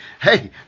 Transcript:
Hey